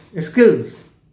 skills